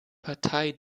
partei